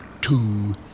Two